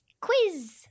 quiz